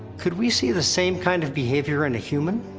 could we see the same kind of behavior in a human?